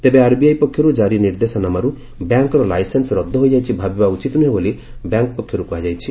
ତେବେ ଆର୍ବିଆଇ ପକ୍ଷରୁ ଜାରି ନିର୍ଦ୍ଦେଶନାମାରୁ ବ୍ୟାଙ୍କ୍ର ଲାଇସେନ୍ସ ରଦ୍ଦ ହୋଇଯାଇଛି ଭାବିବା ଉଚିତ୍ ନୁହେଁ ବୋଲି ବ୍ୟାଙ୍କ୍ ପକ୍ଷରୁ କୁହାଯାଇଛି